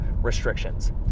restrictions